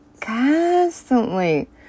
Constantly